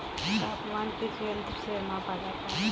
तापमान किस यंत्र से मापा जाता है?